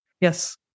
Yes